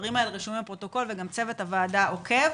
והדברים האלה רשומים בפרוטוקול וגם צוות הוועדה עוקב.